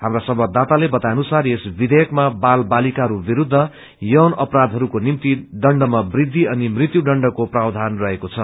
हाप्रा संवाददाताले बताएअनुसार यस विषेयकमा वाल वालीकाहरू विरूद्ध यौन अपराषहरूको निम्ति दण्डमा बृद्धि अनि मृत्यु दण्डको प्रावधान रहेको छ